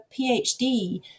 PhD